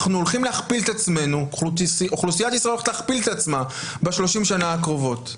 אנחנו הולכים להכפיל את עצמנו מבחינת אוכלוסייה ב-30 שנה הקרובות,